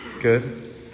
Good